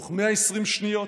תוך 120 שניות?